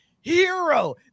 hero